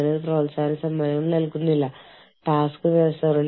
എന്റർപ്രൈസിനുള്ളിലെ IHR സേവനങ്ങളുടെ ഗുണനിലവാരത്തിൽ ശ്രദ്ധ കേന്ദ്രീകരിക്കുന്നു